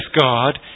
God